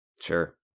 Sure